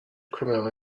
criminal